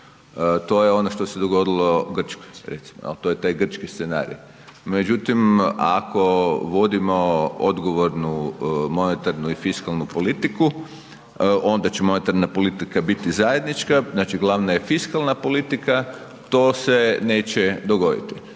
To je ono što se dogodilo Grčkoj recimo. Jel' to je taj grčki scenarij. Međutim, ako vodimo odgovornu monetarnu i fiskalnu politiku, onda će monetarna politika biti zajednička. Znači glavna je fiskalna politika. To se neće dogoditi.